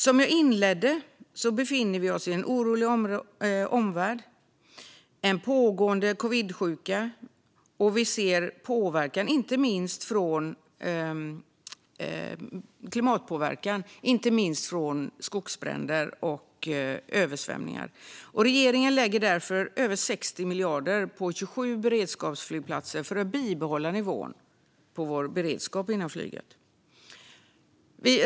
Som jag inledde med att säga befinner vi oss i en orolig omvärld med en pågående covidsjuka, och vi ser klimatpåverkan, inte minst från skogsbränder och översvämningar. Regeringen lägger därför över 60 miljarder på 27 beredskapsflygplatser för att bibehålla nivån på vår beredskap inom flyget.